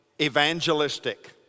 evangelistic